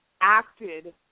acted